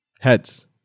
Heads